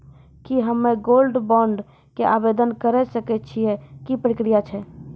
की हम्मय gold bond के आवदेन करे सकय छियै, की प्रक्रिया छै?